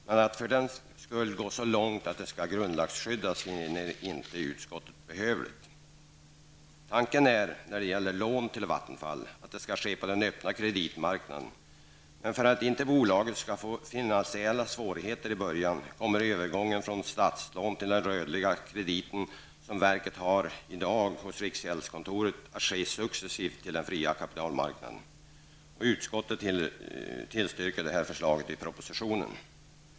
Men att för den skull gå så långt att de skall grundlagsskyddas finner inte utskottet behövligt. Tanken är, när det gäller lån till Vattenfall, att långivningen skall ske på den öppna kreditmarknaden. Men för att inte bolaget skall få finansiella svårigheter i början, kommer övergången från statslån och den rörliga krediten som verket har i dag hos riksgäldskontoret att ske successivt till den fria kapitalmarknaden. Utskottet tillstyrker förslaget i propositionen.